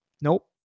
Nope